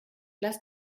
lass